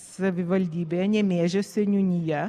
savivaldybėje nemėžio seniūnija